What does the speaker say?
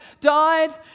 died